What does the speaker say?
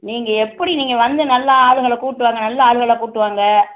நீங்கள் எப்படி நீங்கள் வந்து நல்ல ஆட்கள கூட்டு வாங்க நல்ல ஆட்களா கூட்டு வாங்க